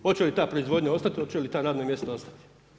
Hoće li ta proizvodnja ostati, hoće li ta radna mjesta ostati.